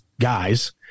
guys